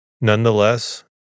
Nonetheless